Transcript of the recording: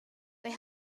they